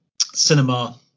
cinema